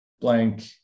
blank